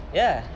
ya